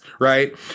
Right